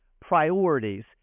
priorities